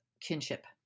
kinship